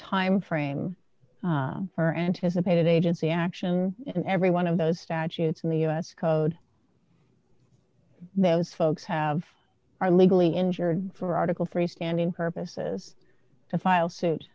timeframe for anticipated agency action in every one of those statutes in the u s code those folks have are legally insured for article three standing purposes to file suit